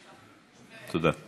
תודה.